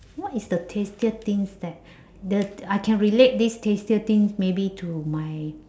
what is the tastiest things that the I can relate this tastiest thing maybe to my